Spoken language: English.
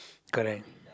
correct